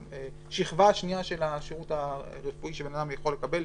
בשכבה השנייה של השירות הרפואי שבן אדם יכול לקבל,